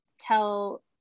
tell